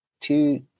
two